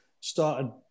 started